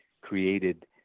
created